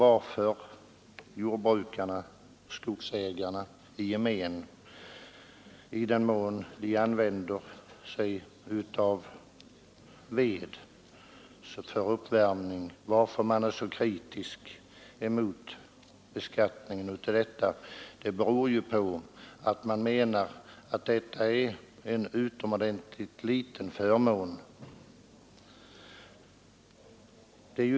Att jordbrukarna och skogsägarna i gemen, i den mån de använder sig av ved för uppvärmning, är kritiska mot beskattningen av detta bränsle beror på att man anser det vara en utomordentligt ringa förmån.